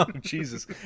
Jesus